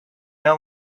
know